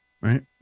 right